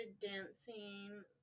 dancing